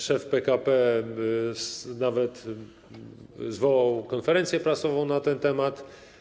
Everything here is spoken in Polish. Szef PKP nawet zwołał konferencję prasową na ten temat.